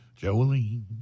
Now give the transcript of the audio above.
Jolene